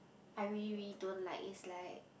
I we we don't like is like